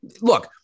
Look